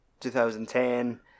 2010